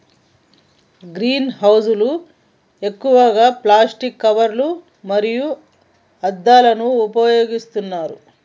green house లు ఎక్కువగా plastic కవర్లు మరియు అద్దాలను ఉపయోగిస్తున్నారు